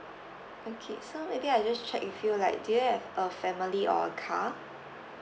okay so maybe I just check with you like do you have a family or a car